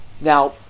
Now